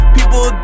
People